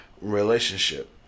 relationship